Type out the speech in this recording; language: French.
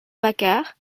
bacar